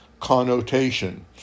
connotation